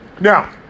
Now